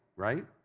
right?